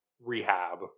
rehab